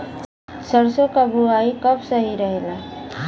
सरसों क बुवाई कब सही रहेला?